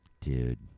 Dude